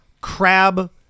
crab